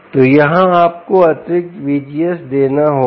तो यहां आपको अतिरिक्त VGS देना होगा